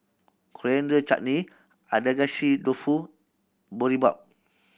Coriander Chutney Agedashi Dofu Boribap